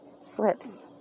slips